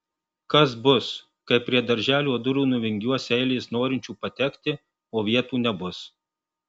kas bus kai prie darželio durų nuvingiuos eilės norinčių patekti o vietų nebus